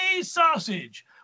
sausage